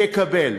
יקבל.